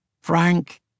Frank